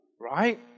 Right